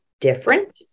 different